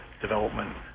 development